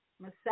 Massage